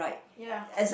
ya